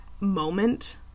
moment